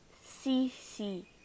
CC